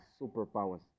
superpowers